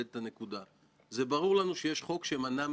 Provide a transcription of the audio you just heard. אבל כן ציפינו וחשוב שהמסר הזה ייצא